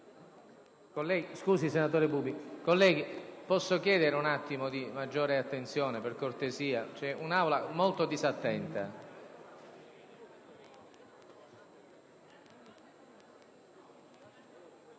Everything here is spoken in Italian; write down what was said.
Colleghi, posso chiedere maggiore attenzione, per cortesia? C'è un'Aula molto disattenta.